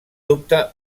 dubte